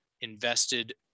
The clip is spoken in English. invested